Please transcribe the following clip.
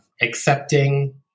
accepting